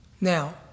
Now